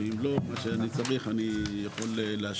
ואם לא מה שצריך אני יכול להשלים.